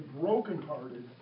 brokenhearted